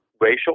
racial